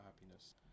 happiness